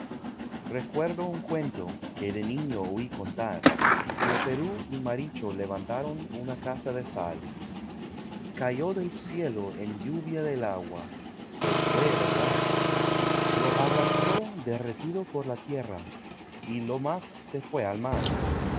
recuerdo un cuento que de niño oí contar cómo perú y marichu levantaron una casa de sal cayó del cielo en lluvia el agua se fué el hogar lo arrastró derretido por la tierra y lo más se fué al mar